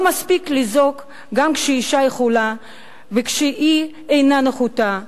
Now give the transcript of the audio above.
לא מספיק לזעוק שגם אשה יכולה ושהיא אינה נחותה,